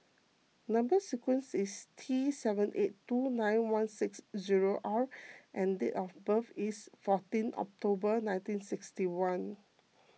Number Sequence is T seven eight two nine one six zero R and date of birth is fourteen October nineteen sixty one